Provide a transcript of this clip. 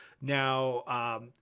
Now